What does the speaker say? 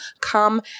come